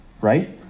right